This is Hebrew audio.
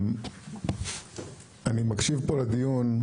אני מקשיב פה לדיון,